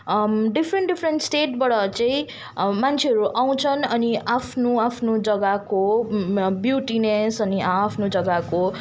different different स्टेटबाट चाहिँ मान्छेहरू आउँछन् अनि आफ्नो आफ्नो जग्गाको ब्युटिनेस अनि आ आफ्नो जग्गाको